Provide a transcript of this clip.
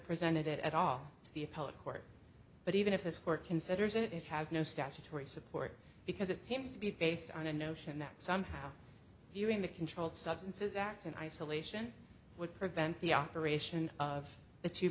presented it at all to the appellate court but even if this court considers it it has no statutory support because it seems to be based on a notion that somehow viewing the controlled substances act in isolation would prevent the operation of the two